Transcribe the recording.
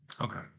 Okay